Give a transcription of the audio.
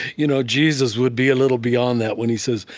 you know jesus would be a little beyond that when he says,